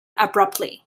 abruptly